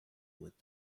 with